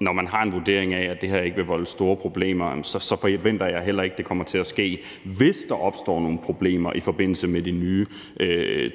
når man har en vurdering af, at det her ikke vil volde store problemer, så forventer jeg heller ikke, at det kommer til at ske. Hvis der opstår nogle problemer i forbindelse med de nye